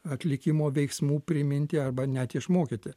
atlikimo veiksmų priminti arba net išmokyti